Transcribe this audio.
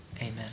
amen